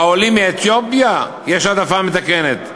העולים מאתיופיה, יש העדפה מתקנת.